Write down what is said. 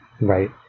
Right